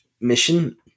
mission